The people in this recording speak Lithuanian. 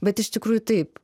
bet iš tikrųjų taip